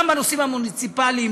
גם בנושאים המוניציפליים,